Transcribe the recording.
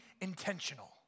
intentional